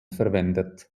verwendet